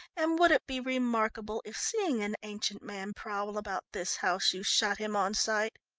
and would it be remarkable if seeing an ancient man prowl about this house you shot him on sight?